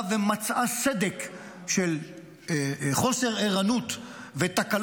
ומצאה סדק של חוסר ערנות ותקלות,